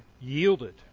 yielded